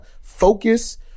focus